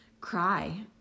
cry